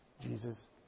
Jesus